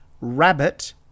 Rabbit